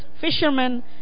fishermen